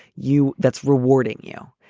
you, that's rewarding you.